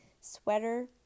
sweater